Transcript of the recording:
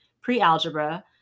pre-algebra